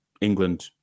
England